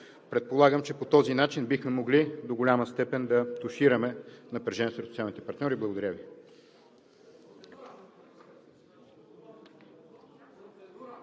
Предполагам, че по този начин бихме могли до голяма степен да тушираме напрежението сред социалните партньори. Благодаря Ви.